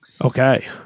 Okay